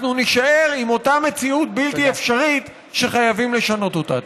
אנחנו נישאר עם אותה מציאות בלתי אפשרית שחייבים לשנות אותה.